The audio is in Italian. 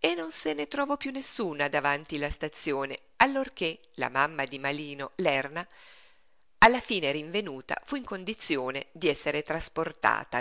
e non se ne trovò piú nessuna davanti la stazione allorché la mamma di marino lerna alla fine rinvenuta fu in condizione d'esser trasportata